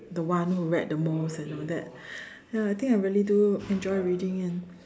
the one who read the most and all that ya I think I really do enjoy reading and